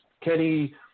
Kenny